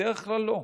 בדרך כלל לא.